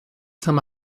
saint